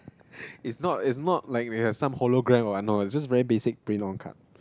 it's not it's not like it has some hologram or what no it's just very basic print on card